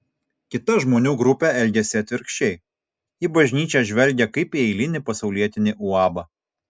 kita žmonių grupė elgiasi atvirkščiai į bažnyčią žvelgia kaip į eilinį pasaulietinį uabą